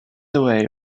away